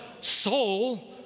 Soul